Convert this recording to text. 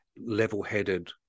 level-headed